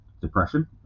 depression